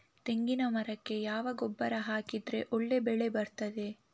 ತೆಂಗಿನ ಮರಕ್ಕೆ ಯಾವ ಗೊಬ್ಬರ ಹಾಕಿದ್ರೆ ಒಳ್ಳೆ ಬೆಳೆ ಬರ್ತದೆ?